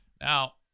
Now